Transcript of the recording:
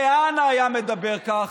כהנא היה מדבר כך,